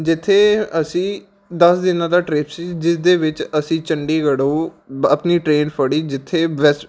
ਜਿੱਥੇ ਅਸੀਂ ਦਸ ਦਿਨਾਂ ਦਾ ਟਰਿਪ ਸੀ ਜਿਸ ਦੇ ਵਿੱਚ ਅਸੀਂ ਚੰਡੀਗੜ੍ਹੋਂ ਆਪਣੀ ਟ੍ਰੇਨ ਫੜੀ ਜਿੱਥੇ